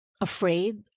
afraid